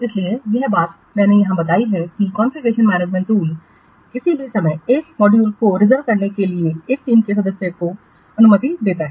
इसलिए यह बात मैंने यहां बताई है कि कॉन्फ़िगरेशन मैनेजमेंट टूल किसी भी समय एक मॉड्यूल को रिजर्व करने के लिए केवल एक टीम के सदस्य को अनुमति देता है